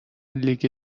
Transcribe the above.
لیگ